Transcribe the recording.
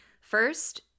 First